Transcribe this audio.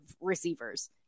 receivers